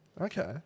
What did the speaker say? Okay